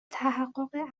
تحقق